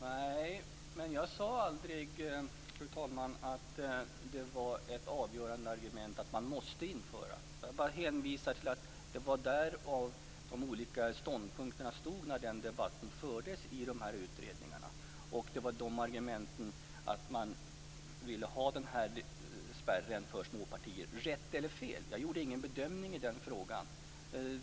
Fru talman! Jag sade aldrig att det var ett avgörande argument för ett införande. Jag ville bara redovisa de olika ståndpunkterna när debatten fördes i dessa utredningar. Det var de argumenten som man hade för denna spärr för småpartier. Rätt eller fel? Jag gjorde ingen bedömning i den frågan.